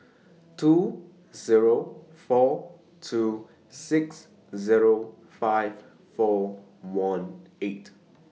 two Zero four two six Zero five four one eight